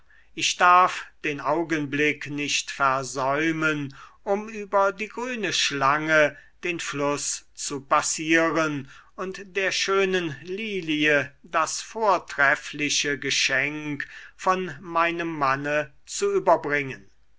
ich darf den augenblick nicht versäumen um über die grüne schlange den fluß zu passieren und der schönen lilie das vortreffliche geschenk von meinem manne zu überbringen